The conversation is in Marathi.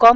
कॉम